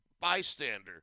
bystander